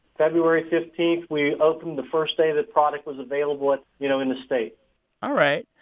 february fifteen we opened the first day that product was available, you know, in the state all right.